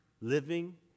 living